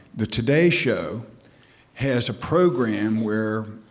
the today show has a program where,